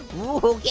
ooh, okay,